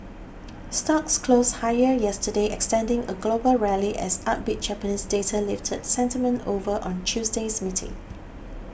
stocks closed higher yesterday extending a global rally as upbeat Japanese data lifted sentiment over on Tuesday's meeting